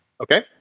Okay